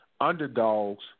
underdogs